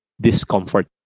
discomfort